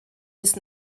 bis